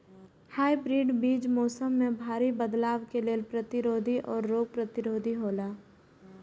hybrid बीज मौसम में भारी बदलाव के लेल प्रतिरोधी और रोग प्रतिरोधी हौला